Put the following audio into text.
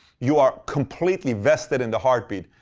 you are completely vested in the heartbeat.